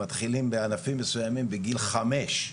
מתחילים בענפים מסויימים בגיל חמש.